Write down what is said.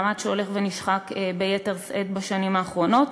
מעמד שהולך ונשחק ביתר שאת בשנים האחרונות.